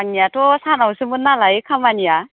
आंनियाथ' सानावसोमोन नालाय खामानिया